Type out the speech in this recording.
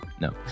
No